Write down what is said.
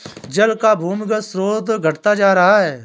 जल का भूमिगत स्रोत घटता जा रहा है